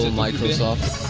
and microsoft.